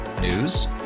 News